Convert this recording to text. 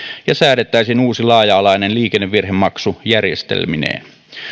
ja säädettäisiin uusi laaja alainen liikennevirhemaksu järjestelmineen